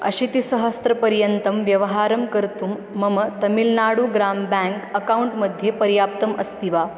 अशितिसहस्रपर्यन्तं व्यवहारं कर्तुं मम तमिल्नाडु ग्राम् बेङ्क् अकौण्ट् मध्ये पर्याप्तम् अस्ति वा